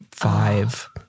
five